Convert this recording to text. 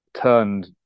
turned